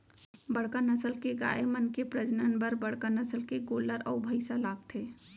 बड़का नसल के गाय मन के प्रजनन बर बड़का नसल के गोल्लर अउ भईंसा लागथे